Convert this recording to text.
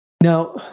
Now